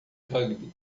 rugby